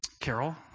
Carol